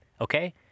okay